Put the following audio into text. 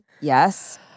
Yes